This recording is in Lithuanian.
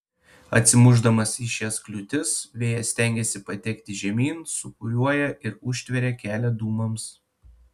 atsimušdamas į šias kliūtis vėjas stengiasi patekti žemyn sūkuriuoja ir užtveria kelią dūmams